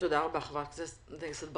תודה רבה, חברת הכנסת ברק.